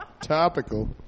Topical